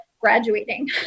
graduating